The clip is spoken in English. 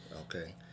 Okay